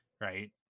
Right